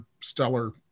stellar